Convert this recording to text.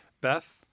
Beth